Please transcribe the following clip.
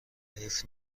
حیف